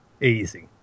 easy